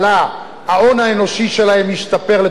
ההון האנושי שלהם ישתפר לטובת המדינה,